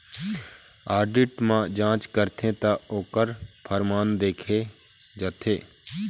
audit म जांच करथे त ओखर परमान देखे जाथे